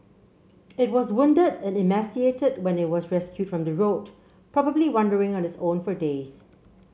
it was wounded and emaciated when it was rescued from the road probably wandering on its own for days